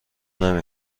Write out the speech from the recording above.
نمی